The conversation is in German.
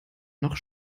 noch